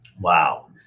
Wow